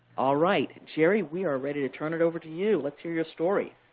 all right, jerry, we are ready to turn it over to you. let's hear your story.